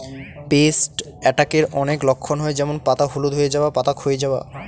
paste অ্যাটাকের অনেক লক্ষণ হয় যেমন পাতা হলুদ হয়ে যাওয়া, পাতা ক্ষয়ে যাওয়া